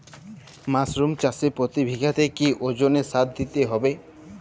Mushroom চাষে প্রতি বিঘাতে কি ওজনে সার দিতে হবে?